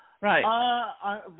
Right